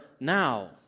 now